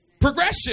progression